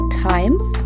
times